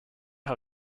how